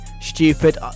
stupid